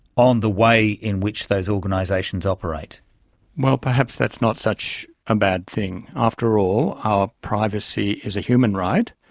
on the way in which those organisations operate well, perhaps that's not such a bad thing. after all, our privacy is a human right,